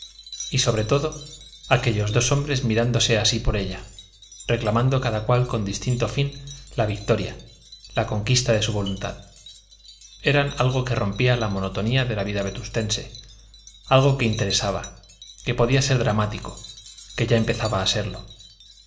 y sobre todo aquellos dos hombres mirándose así por ella reclamando cada cual con distinto fin la victoria la conquista de su voluntad eran algo que rompía la monotonía de la vida vetustense algo que interesaba que podía ser dramático que ya empezaba a serlo